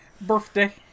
Birthday